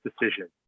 decision